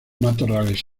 matorrales